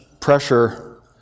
pressure